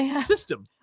system